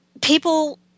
people